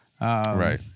right